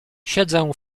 siedzę